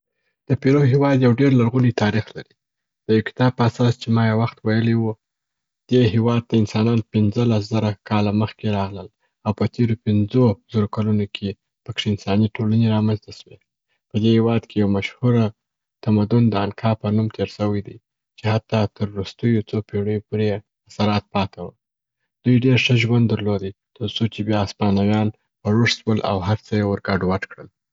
د پیرو هیواد یو ډېر لرغونی تاریخ لري، د یو کتاب په اساس چې ما یو وخت ویلی و، دې هیواد ته انسانان پنځه لس زره کاله مخکي راغلل او په تیرو پنځو زرو کلونو کې پکښي انساني ټولنې را منځ ته سوې. په دې هیواد کې یو مشهور تمدون د انکا په نوم تیر سوی دی چې حتا تر وروستیو څو پیړیو پوري یې اثرات پاته وه. دوي ډېر ښه ژوند درلودی تر څو چې بیا هسپانویان په روږد سول او هر څه یې ور ګډ وډ کړل.